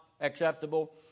acceptable